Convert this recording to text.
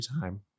time